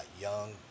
young